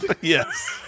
Yes